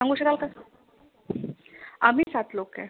सांगू शकाल का आम्ही सात लोक आहे